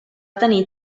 tenir